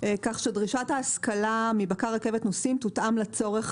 כך שדרישת ההשכלה מבקר רכבת נוסעים תותאם לצורך